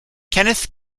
kenneth